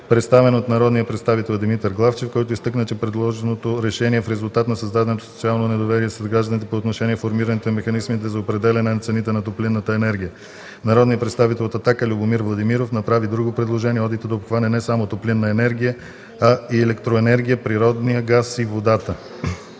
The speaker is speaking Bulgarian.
представен от народния представител Димитър Главчев, който изтъкна, че предложеното решение е в резултат на създаденото социално недоверие сред гражданите по отношение формирането и механизмите за определяне на цените на топлинната енергия. Народният представител от Атака Любомир Владимиров направи друго предложение – одита да обхване не само топлинната енергия, а и електроенергията, природния газ и водата.